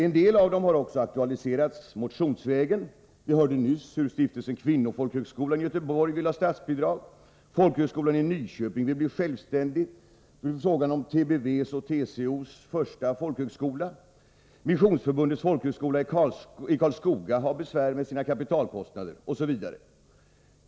En del av problemen har aktualiserats motionsvägen. Vi hörde nyss att Stiftelsen Kvinnofolkhögskolan i Göteborg vill ha statsbidrag. Folkhögskolan i Nyköping vill bli självständig. Frågan om TBV:s och TCO:s första folkhögskola är aktuell. Missionsförbundets folkhögskola i Karlskoga har besvär med sina kapitalkostnader, osv.